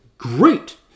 Great